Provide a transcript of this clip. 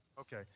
Okay